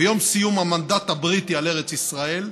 ביום סיום המנדט הבריטי על ארץ ישראל,